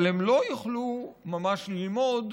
אבל הם לא יוכלו ממש ללמוד,